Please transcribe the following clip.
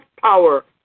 power